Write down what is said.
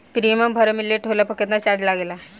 Premium भरे मे late होला पर केतना चार्ज लागेला?